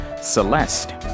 Celeste